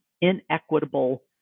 inequitable